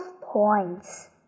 points